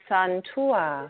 Santua